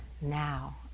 now